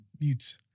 Mute